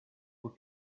were